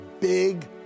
big